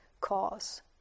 cause